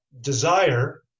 desire